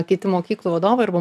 kiti mokyklų vadovai arba